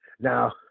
now